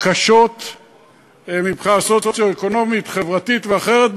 קשות מבחינה סוציו-אקונומית חברתית ואחרת,